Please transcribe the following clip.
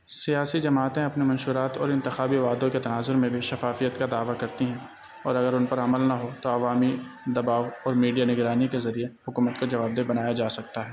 سیاسی جماعتیں اپنے منشورات اور انتخابی وعدوں کے تناظر میں بھی شفافیت کا دعوہ کرتی ہیں اور اگر ان پر عمل نہ ہو تو عوامی دباؤ اور میڈیا نگرانی کے ذریعہ حکومت کے جوابدہ بنایا جا سکتا ہے